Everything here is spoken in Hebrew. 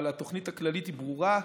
אבל התוכנית הכללית היא ברורה.